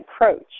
approach